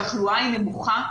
שם התחלואה נמוכה,